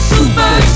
Super